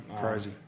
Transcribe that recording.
crazy